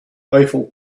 eiffel